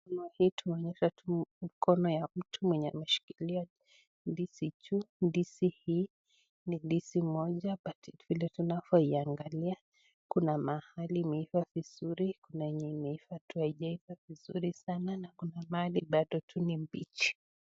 Hii inatuonyesha tu mkono wa mtu mwenye ameshikilia ndizi juu. Ndizi hii ni ndizi moja, vile tunavyo iangalia tunaona kuna pahali imeiva vizuri, kuna yenye imeiva tu haijaiva vizuri sanaa na kuna mahali bado tu ni mbichi.